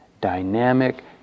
dynamic